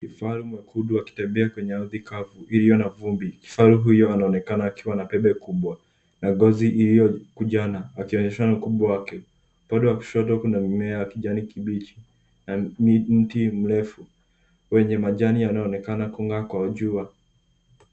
Kifaru mwekundu akitembea kwenye ardhi kavu iliyo na vumbi. Kifaru huyo anaonekana akiwa na pembe kubwa na ngozi iliyokunjana akionyeshana ukubwa wake. Upande wa kushoto kuna mimea ya kijani kibichi na mti mrefu. Kwenye majani yanayoonekana kung'aa kwa jua.